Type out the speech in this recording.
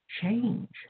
change